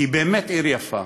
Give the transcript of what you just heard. כי באמת עיר יפה,